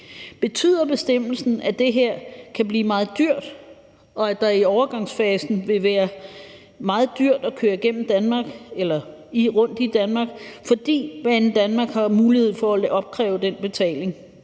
Betyder bestemmelsen, at det her kan blive meget dyrt, og at det i overgangsfasen vil være meget dyrt at køre igennem Danmark eller rundt i Danmark, fordi Banedanmark har mulighed for at opkræve den betaling?